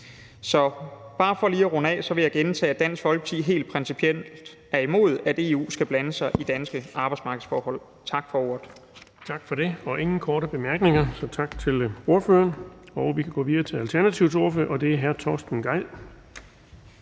Så bare for lige at runde af vil jeg gentage, at Dansk Folkeparti helt principielt er imod, at EU skal blande sig i danske arbejdsmarkedsforhold. Tak for ordet. Kl. 18:30 Den fg. formand (Erling Bonnesen): Der er ingen korte bemærkninger, så vi siger tak til ordføreren. Vi kan gå videre til Alternativets ordfører, og det er hr. Torsten Gejl.